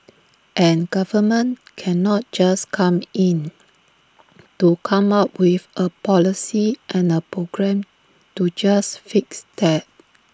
and government cannot just come in to come up with A policy and A program to just fix that